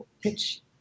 pitch